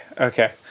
Okay